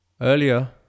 earlier